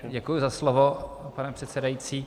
Děkuji za slovo, pane předsedající.